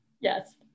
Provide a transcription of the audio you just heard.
yes